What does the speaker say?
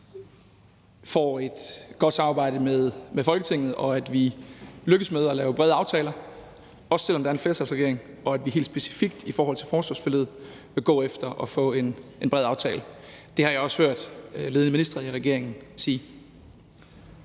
får et godt samarbejde med Folketinget, og at vi lykkes med at lave brede aftaler, også selv om der er en flertalsregering, og vi vil helt specifikt i forhold til forsvarsforliget gå efter at få en bred aftale. Det har jeg også hørt ledende ministre i regeringen sige.